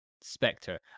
Spectre